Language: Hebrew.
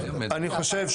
אני חושב,